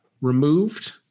removed